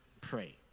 pray